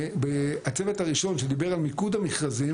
הצוות הראשון שדיבר על מיקוד המכרזים,